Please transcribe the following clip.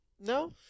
No